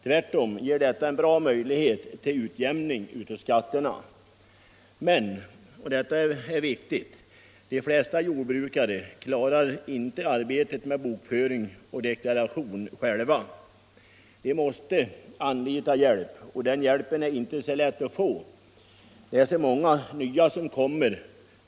Tvärtom ger det en bra möjlighet till utjämning av skatten. : Men — och detta är viktigt — de flesta jordbrukare klarar inte arbetet med bokföring och deklaration själva efter bokföringsmässiga grunder.